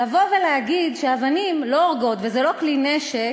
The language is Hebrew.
לבוא ולהגיד שאבנים לא הורגות וזה לא כלי נשק,